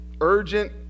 urgent